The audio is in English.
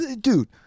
Dude